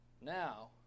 Now